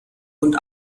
und